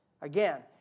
Again